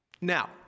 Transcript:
Now